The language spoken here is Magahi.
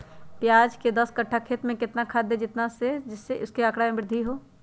प्याज के दस कठ्ठा खेत में कितना खाद देना चाहिए जिससे उसके आंकड़ा में वृद्धि हो?